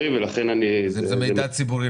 זו חברה ציבורית,